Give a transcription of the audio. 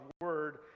word